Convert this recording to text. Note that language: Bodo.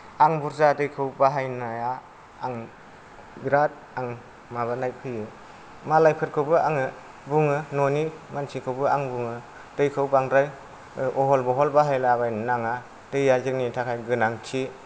आं बुरजा दैखौ बाहायनाया आं बिराद आं माबानाय फैयो मालायफोरखौबो आङो बुङो ननि मानसिखौबो आं बुङो दैखौ बांद्राय ओ अहल बहल बाहायलाबायनो नाङा दैया जोंनि थाखाय गोनांथि